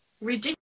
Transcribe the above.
ridiculous